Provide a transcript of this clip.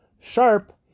Sharp